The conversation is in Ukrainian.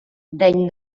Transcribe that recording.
день